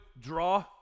draw